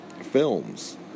films